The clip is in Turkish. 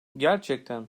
gerçekten